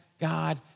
God